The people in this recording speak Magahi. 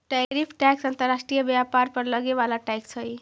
टैरिफ टैक्स अंतर्राष्ट्रीय व्यापार पर लगे वाला टैक्स हई